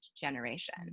generation